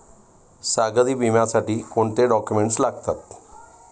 सागरी विम्यासाठी कोणते डॉक्युमेंट्स लागतात?